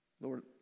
Lord